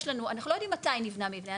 אנחנו לא יודעים מתי נבנה מבנה,